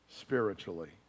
spiritually